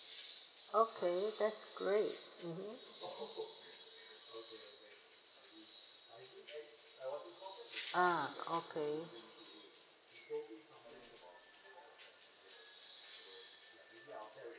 okay that's great mmhmm ah okay